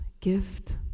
gift